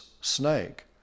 snake